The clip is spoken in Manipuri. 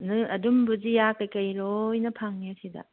ꯅꯣꯏ ꯑꯗꯨꯝ ꯕꯨꯖꯤꯌꯥ ꯀꯔꯤ ꯀꯔꯤ ꯂꯣꯏꯅ ꯐꯪꯉꯦꯁꯤꯗ